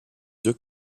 deux